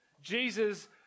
Jesus